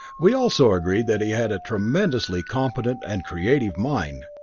we also agreed that he had a tremendously competent and creative mind.